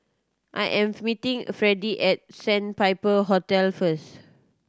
I am meeting Fredy at Sandpiper Hotel first